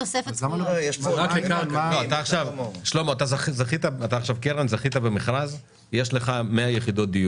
שלמה, נניח שאתה קרן שזכתה במכרז ל-100 יחידות.